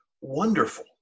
wonderful